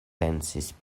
pensis